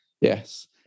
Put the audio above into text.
yes